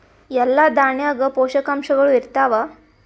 ಎಲ್ಲಾ ದಾಣ್ಯಾಗ ಪೋಷಕಾಂಶಗಳು ಇರತ್ತಾವ?